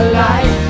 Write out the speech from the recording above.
light